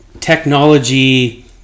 technology